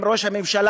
אם ראש הממשלה,